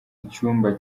icyumba